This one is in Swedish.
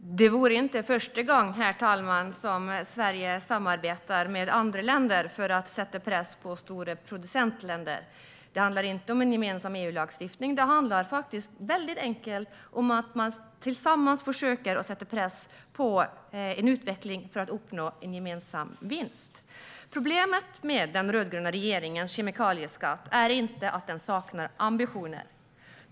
Herr talman! Det vore inte första gången som Sverige samarbetar med andra länder för att sätta press på stora producentländer. Det handlar inte om en gemensam EU-lagstiftning, utan det handlar helt enkelt om att man tillsammans försöker sätta press för att uppnå en gemensam vinst. Problemet med den rödgröna regeringens kemikalieskatt är inte att den saknar ambitioner.